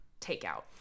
takeout